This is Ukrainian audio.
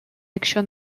якщо